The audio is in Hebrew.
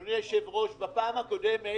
אדוני היושב-ראש, בפעם הקודמת